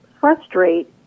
frustrate